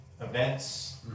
events